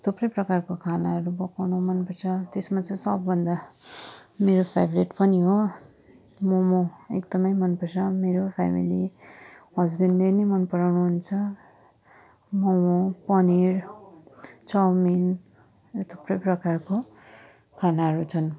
थुप्रै प्रकारको खानाहरू पकाउनु मन पर्छ त्यसमा चाहिँ सबभन्दा मेरो फेभ्रेट पनि हो मम एकदम मन पर्छ मेरो फ्यामिली हस्बेन्डले नि मन पराउनु हुन्छ मम पनिर चाउमिन र थुप्रै प्रकारको खानाहरू छन्